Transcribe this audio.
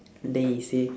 then he say